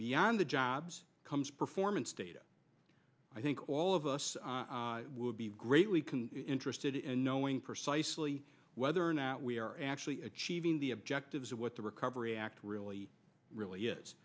beyond the jobs comes performance data i think all of us would be greatly can interested in knowing precisely whether or not we are actually achieving the objectives of what the recovery act really really is